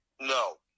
No